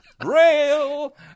Braille